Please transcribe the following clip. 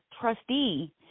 trustee